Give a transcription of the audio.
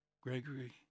Gregory